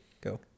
Go